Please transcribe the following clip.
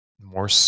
more